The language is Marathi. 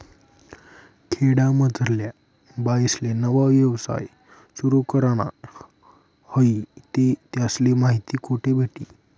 खेडामझारल्या बाईसले नवा यवसाय सुरु कराना व्हयी ते त्यासले माहिती कोठे भेटी?